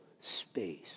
space